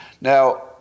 Now